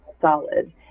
solid